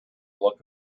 look